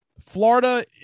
Florida